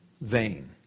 vain